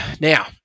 Now